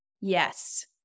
yes